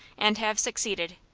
and have succeeded.